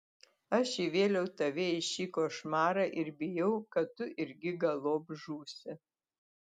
aš įvėliau tave į šį košmarą ir bijau kad tu irgi galop žūsi